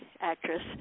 actress